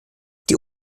die